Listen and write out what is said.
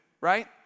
right